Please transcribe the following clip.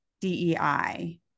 DEI